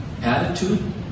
attitude